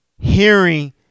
hearing